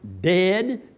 dead